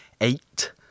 eight